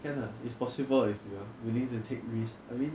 can lah it's possible if you are willing to take risk I mean